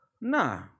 Nah